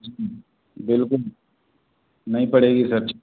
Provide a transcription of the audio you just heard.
जी बिल्कुल नहीं पड़ेगी सर